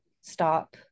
stop